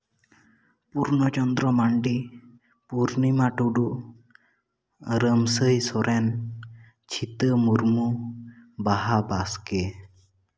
Purna Chandra Mandi Purnima Tudu Ramsai Soren Chhita Murmu Baha Baske